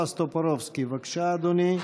חבר הכנסת בועז טופורובסקי, בבקשה, אדוני.